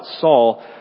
Saul